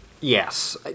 Yes